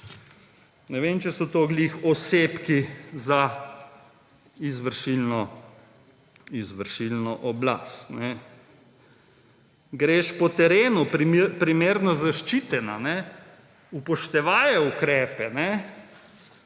ne vem, če so to ravno osebki za izvršilno oblast. Greš po terenu, primerno zaščitena, upoštevaje ukrepe